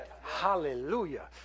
hallelujah